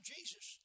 Jesus